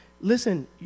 listen